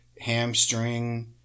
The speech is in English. hamstring